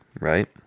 right